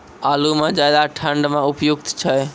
आलू म ज्यादा ठंड म उपयुक्त छै?